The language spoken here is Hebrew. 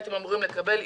הייתם אמורים לקבל.